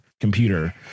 computer